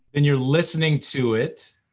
and you're listening to it.